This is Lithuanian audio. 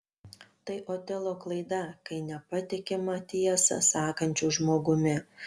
tai otelo klaida kai nepatikima tiesą sakančiu žmogumi